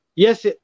Yes